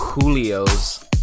Julio's